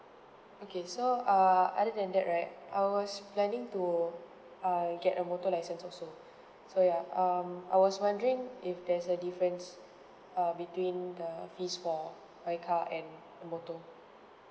okay so err other than that right I was planning to I get a motor license also so ya um I was wondering if there's a difference uh between the fees for my car and motor